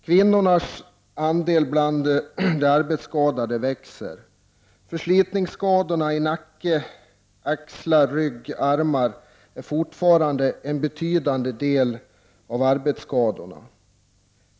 Kvinnornas andel bland de arbetsskadade växer. Förslitningsskadorna i nacke, axlar, rygg och armar är fortfarande en betydande del av arbetsskadorna.